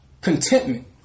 contentment